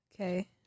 Okay